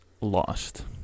lost